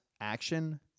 Action